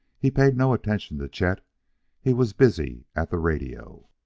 he paid no attention to chet he was busy at the radio.